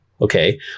okay